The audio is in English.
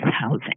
housing